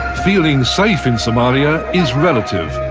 feeling safe in somalia is relative.